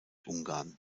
ungarn